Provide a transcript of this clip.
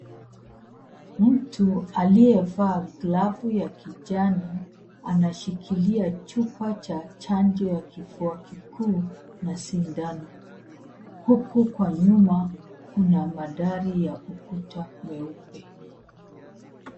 Mtu aliyevaa glavu ya kijani anashikilia chupa cha chanjo ya kifua kikuu na sindano. Huku kwa nyuma kuna madari ya ukuta meupe.